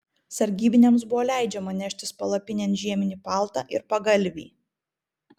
sargybiniams buvo leidžiama neštis palapinėn žieminį paltą ir pagalvį